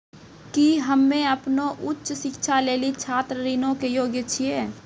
कि हम्मे अपनो उच्च शिक्षा लेली छात्र ऋणो के योग्य छियै?